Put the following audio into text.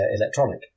electronic